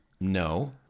No